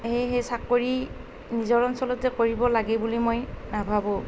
সেয়েহে চাকৰি নিজৰ অঞ্চলতে কৰিব লাগে বুলি মই নাভাবোঁ